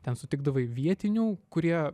ten sutikdavai vietinių kurie